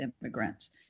immigrants